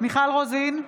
מיכל רוזין,